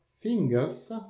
fingers